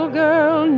girl